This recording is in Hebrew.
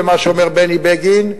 ומה שאומר בני בגין,